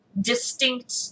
distinct